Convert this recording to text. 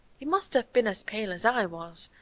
he must have been as pale as i was,